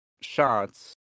shots